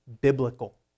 biblical